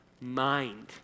mind